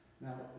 Now